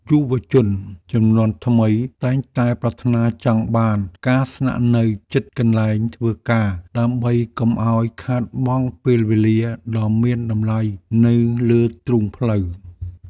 យុវជនជំនាន់ថ្មីតែងតែប្រាថ្នាចង់បានការស្នាក់នៅជិតកន្លែងធ្វើការដើម្បីកុំឱ្យខាតបង់ពេលវេលាដ៏មានតម្លៃនៅលើទ្រូងផ្លូវ។